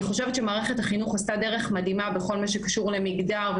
אני חושבת שמערכת החינוך עשתה דרך מדהימה בכל מה שקשור למגדר,